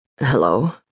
Hello